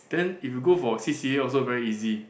then if you go for C_C_A also very easy